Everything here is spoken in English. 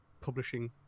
publishing